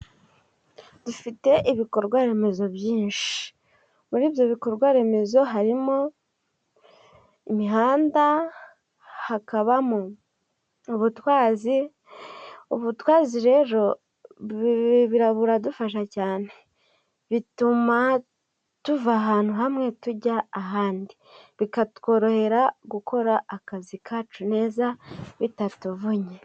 Dufite ibikorwaremezo byinshi. Muri ibyo bikorwaremezo harimo imihanda, hakabamo ubutwazi. Ubutwazi rero buradufasha cyane, bituma tuva ahantu hamwe tujya ahandi, bikatworohera gukora akazi kacu neza bitatuvunnye.